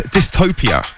Dystopia